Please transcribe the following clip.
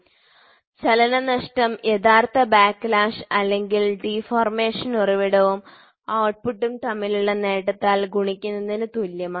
അതിനാൽ ചലനനഷ്ടം യഥാർത്ഥ ബാക്ക്ലാഷ് അല്ലെങ്കിൽ ഡീഫൊർമേഷൻ ഉറവിടവും ഔട്ട്പുട്ടും തമ്മിലുള്ള നേട്ടത്താൽ ഗുണിക്കുന്നതിനു തുല്യമാണ്